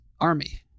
army